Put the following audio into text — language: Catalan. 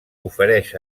ofereix